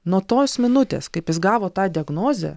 nuo tos minutės kaip jis gavo tą diagnozę